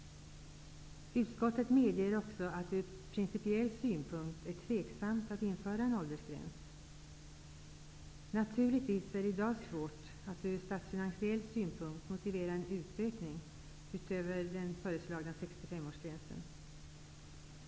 Utskottet medger också att det ur principiell synpunkt är tveksamt att införa en åldersgräns. Naturligtvis är det i dag svårt att ur statsfinansiell synpunkt motivera en utökning utöver den föreslagna 65-årsgränsen.